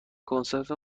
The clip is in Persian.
کنسرت